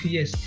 Yes